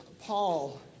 Paul